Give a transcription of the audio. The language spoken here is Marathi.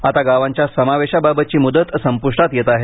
आता गावांच्या समावेशाबाबतची मुदत संपुष्टात येत आहे